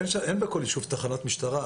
ישוב תחנת משטרה.